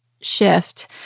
shift